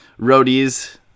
roadies